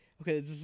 okay